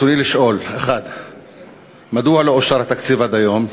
רצוני לשאול: 1. מדוע לא אושר התקציב עד היום?